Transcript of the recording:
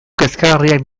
kezkagarriak